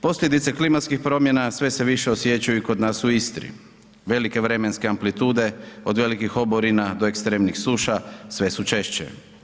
Posljedice klimatskih promjena sve se više osjećaju kod nas u Istri, velike vremenske amplitude od velikih oborima do ekstremnih suša sve su češće.